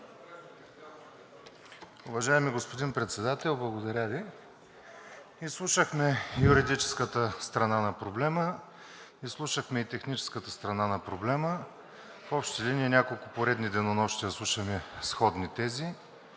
Уважаеми господин Председател, благодаря Ви. Изслушахме юридическата страна на проблема. Изслушахме и техническата страна на проблема. В общи линии няколко поредни денонощия слушаме сходни тези.